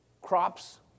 crops